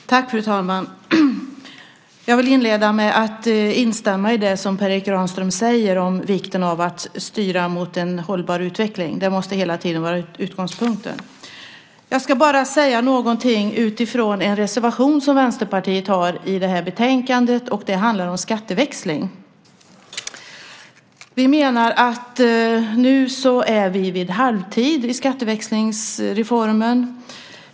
Fru talman! Jag vill inleda med att instämma i det som Per Erik Granström säger om vikten av att styra mot en hållbar utveckling. Det måste hela tiden vara utgångspunkten. Jag ska bara säga någonting utifrån en reservation som Vänsterpartiet har i det här betänkandet. Det handlar om skatteväxling. Nu är vi vid halvtid i skatteväxlingsreformen.